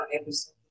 episode